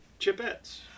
Chipettes